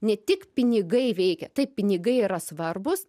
ne tik pinigai veikia taip pinigai yra svarbūs